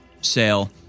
sale